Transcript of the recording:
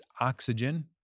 oxygen